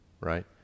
right